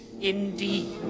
indeed